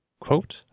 quote